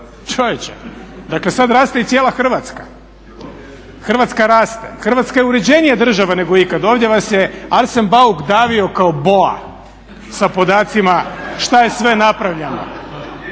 čovječe. Dakle sada raste i cijela Hrvatska. Hrvatska raste, Hrvatska je uređenija država nego ikad. Ovdje vas je Arsen Bauk davio kao boa sa podacima šta je sve napravljeno.